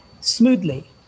smoothly